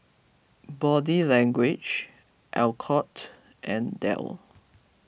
Body Language Alcott and Dell